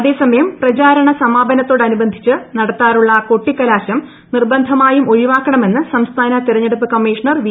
അതേസമയം പ്രചാരണസമാപനത്തോടനുബന്ധിച്ച് നടത്താറുള്ള കൊട്ടിക്കലാശം നിർബന്ധമായും ഒഴിവാക്കണമെന്ന് സംസ്ഥാന തിരഞ്ഞെടുപ്പ് കമ്മീഷണർ വി